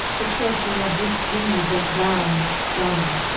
the trophy of this deed that thou hast done!